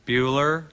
Bueller